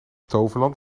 toverland